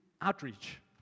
outreach